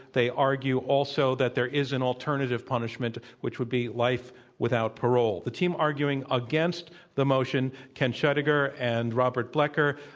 they argue also that there is an alternative punishment, which would be life without parole. the team arguing against the motion, kent scheidegger and robert blecker,